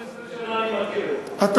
15 שנה אני מכיר את זה.